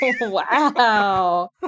Wow